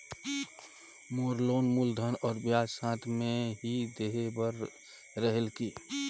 मोर loan मूलधन और ब्याज साथ मे ही देहे बार रेहेल की?